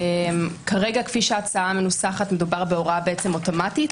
כרגע, כפי שההצעה מנוסחת, מדובר בהוראה אוטומטית.